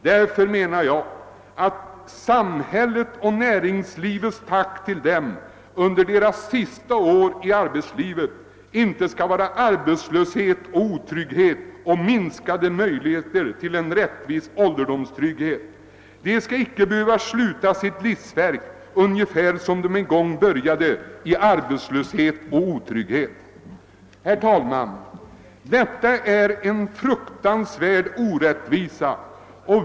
Därför menar jag att samhällets och näringslivets tack till dem under deras sista år i arbetslivet inte skall vara arbetslöshet och minskade möjligheter till en rättvis ålderdomstrygghet. De skall inte behöva sluta sitt livsverk ungefär som de en gång började, i arbetslöshet och otrygghet. Herr talman! Detta är en fruktansvärd orättvisa.